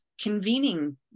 convening